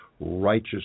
Righteous